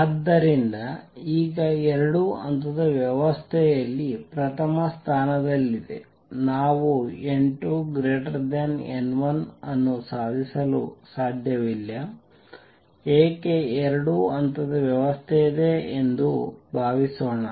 ಆದ್ದರಿಂದ ಈಗ ಎರಡು ಹಂತದ ವ್ಯವಸ್ಥೆಯಲ್ಲಿ ಪ್ರಥಮ ಸ್ಥಾನದಲ್ಲಿದೆ ನಾವು n2 n1 ಅನ್ನು ಸಾಧಿಸಲು ಸಾಧ್ಯವಿಲ್ಲ ಏಕೆ ಎರಡು ಹಂತದ ವ್ಯವಸ್ಥೆ ಇದೆ ಎಂದು ಭಾವಿಸೋಣ